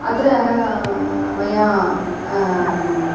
अत्र मया